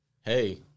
hey